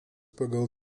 pagal